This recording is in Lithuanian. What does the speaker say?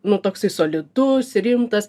nu toksai solidus rimtas